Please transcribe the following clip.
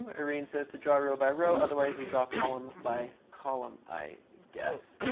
irene says, to draw row by row, otherwise you draw a column by column i guess.